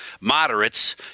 moderates